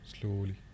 slowly